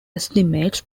estimates